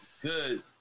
Good